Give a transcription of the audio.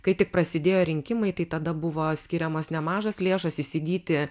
kai tik prasidėjo rinkimai tai tada buvo skiriamos nemažos lėšos įsigyti